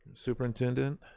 superintendent.